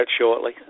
shortly